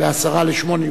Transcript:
ב-19:50,